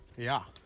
yeah.